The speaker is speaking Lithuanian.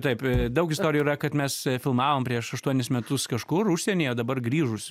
taip daug istorijų yra kad mes filmavom prieš aštuonis metus kažkur užsienyje o dabar grįžus